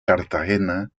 cartagena